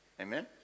Amen